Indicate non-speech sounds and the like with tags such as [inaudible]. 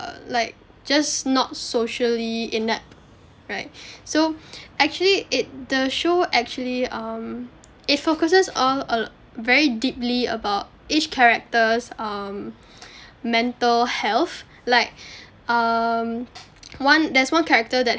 like just not socially inept right so [breath] actually it the show actually um it focuses err uh very deeply about each character's um mental health like [breath] um one there's one character that